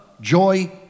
joy